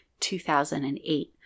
2008